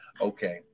Okay